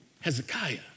Hezekiah